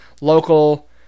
local